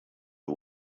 who